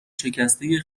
شکسته